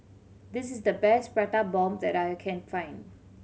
this is the best Prata Bomb that I can find